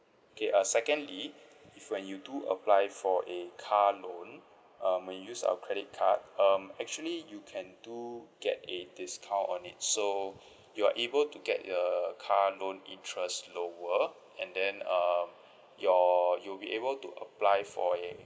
okay uh secondly if when you do apply for a car loan um when you use our credit card um actually you can do get a discount on it so you're able to get your car loan interest lower and then um your you'll be able to apply for a